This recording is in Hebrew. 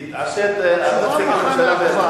יתעשת נציג הממשלה,